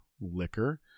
liquor